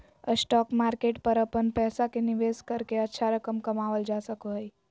stock market पर अपन पैसा के निवेश करके अच्छा रकम कमावल जा सको हइ